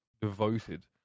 devoted